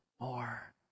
more